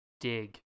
dig